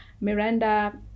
miranda